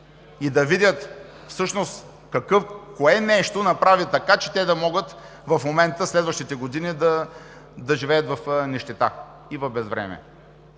и да видят всъщност кое нещо направи така, че да могат в момента, следващите години да живеят в нищета и безвремие.